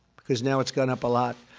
because now it's gone up a lot.